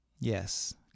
Yes